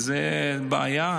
וזאת בעיה.